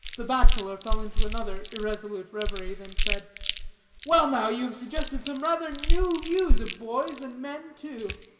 the bachelor fell into another irresolute reverie then said well, now, you have suggested some rather new views of boys, and men, too.